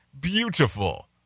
beautiful